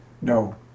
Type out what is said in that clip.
No